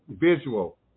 visual